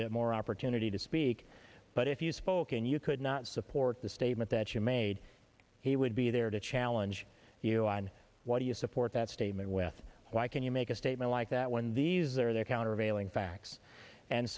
bit more opportunity to speak but if you spoke and you could not support the statement that you made he would be there to challenge you on what do you support that statement with why can you make a statement like that when these are there countervailing facts and